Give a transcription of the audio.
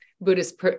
Buddhist